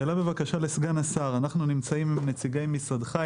יש לי שאלה לסגן השר אנחנו נמצאים עם נציגי משרדך,